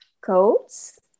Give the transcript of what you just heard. codes